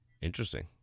interesting